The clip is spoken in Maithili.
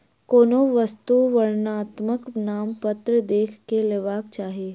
कोनो वस्तु वर्णनात्मक नामपत्र देख के लेबाक चाही